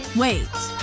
wait.